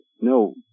no